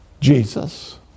Jesus